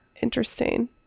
Interesting